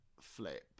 flip